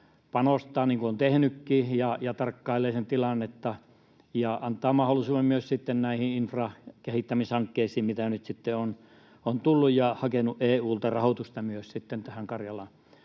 panostaa, niin kuin on tehnytkin, ja tarkkailee tilannetta ja antaa mahdollisuuden myös näihin infrakehittämishankkeisiin, mitä nyt sitten on tullut, kun on hakenut EU:lta rahoitusta myös tähän Karjalan